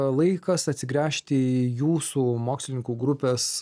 laikas atsigręžti į jūsų mokslininkų grupės